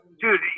dude